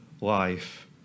life